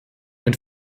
ein